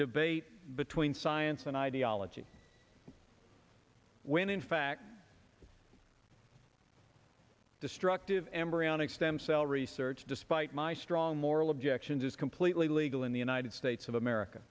debate between science and ideology when in fact destructive embryonic stem cell research despite my strong moral objections is completely legal in the united states of america